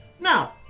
Now